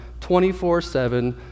24-7